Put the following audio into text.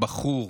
בחור,